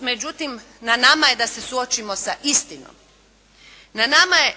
Međutim, na nama je da se suočimo sa istinom. Na nama je